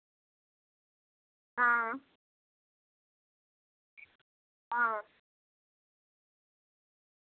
हां हां